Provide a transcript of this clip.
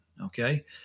Okay